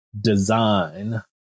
design